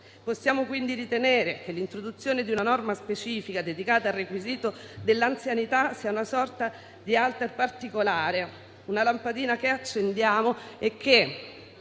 Possiamo quindi ritenere che l'introduzione di una norma specifica dedicata al requisito dell'anzianità sia una sorta di *alert* particolare, una lampadina che accendiamo e che,